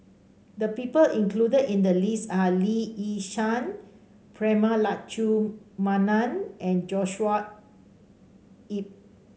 the people included in the list are Lee Yi Shyan Prema Letchumanan and Joshua Ip